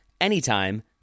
anytime